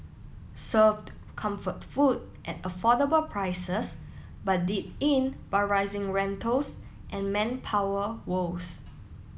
served comfort food at affordable prices but did in by rising rentals and manpower woes